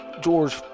George